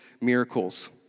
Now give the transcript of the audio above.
miracles